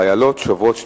חיילות שוברות שתיקה,